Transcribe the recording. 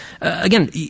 again